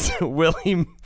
Willie